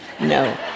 No